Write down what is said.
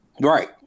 Right